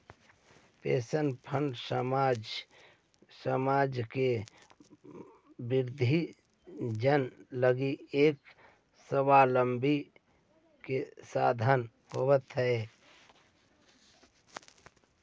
pension fund समाज के वृद्धजन लगी एक स्वाबलंबन के साधन होवऽ हई